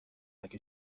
اگه